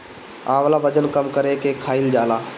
आंवला वजन कम करे में खाईल जाला